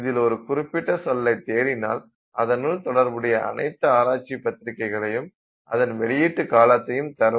இதில் ஒரு குறிப்பிட்ட சொல்லை தேடினால் அதனுள் தொடர்புடைய அனைத்து ஆராய்ச்சி பத்திரிகைகளையும் அதன் வெளியீட்டு காலத்தையும் தரும்